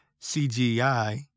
CGI